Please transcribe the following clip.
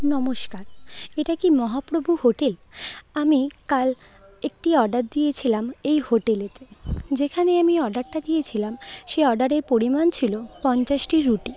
নমস্কার এটা কি মহাপ্রভু হোটেল আমি কাল একটি অর্ডার দিয়েছিলাম এই হোটেলে যেখানে আমি অর্ডারটা দিয়েছিলাম সেই অর্ডারের পরিমাণ ছিল পঞ্চাশটি রুটি